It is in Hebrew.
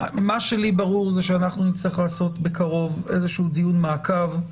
ברור לי שאנחנו נצטרך לעשות בקרוב איזשהו דיון מעקב.